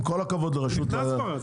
עם כל הכבוד לרשות ההון.